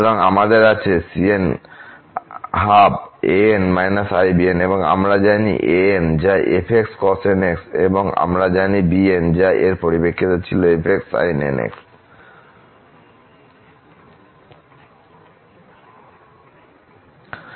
সুতরাং আমাদের আছে cn12 এবং আমরা জানি an যা f cosnx এবং আমরা জানি bn যা এর পরিপ্রেক্ষিতে ছিল f sin nx